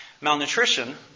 Malnutrition